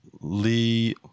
Lee